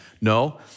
No